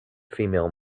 female